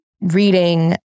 reading